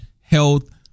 health